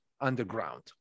underground